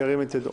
ירים את ידו